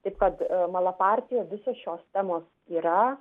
taip kad malapartei visos šios temos yra